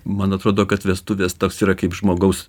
man atrodo kad vestuvės toks yra kaip žmogaus